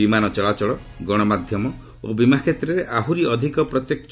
ବିମାନ ଚଳାଚଳ ଗଣମାଧ୍ୟମ ଓ ବୀମା କ୍ଷେତ୍ରରେ ଆହୁରି ଅଧିକ ପ୍ରତ୍ୟକ୍ଷ